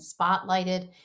spotlighted